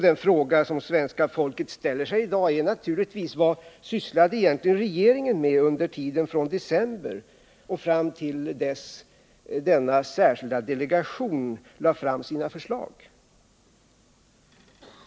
Den fråga som svenska folket ställer sig är naturligtvis: Vad sysslade egentligen regeringen med under tiden från december och fram till dess att denna delegation lade fram sina förslag?